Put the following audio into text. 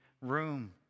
room